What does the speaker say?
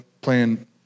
playing